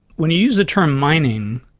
when you use the term mining,